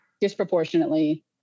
disproportionately